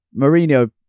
Mourinho